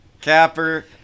Capper